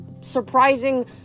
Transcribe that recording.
surprising